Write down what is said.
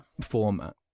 format